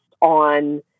on